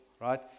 right